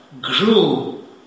grew